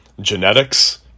Genetics